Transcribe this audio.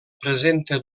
presenta